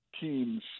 teams